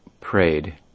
prayed